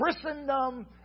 Christendom